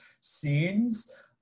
scenes